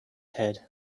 head